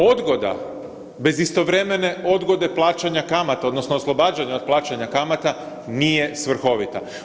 Odgoda, bez istovremene odgode plaćanja kamata odnosno oslobađanja plaćanja kamata nije svrhovita.